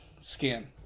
skin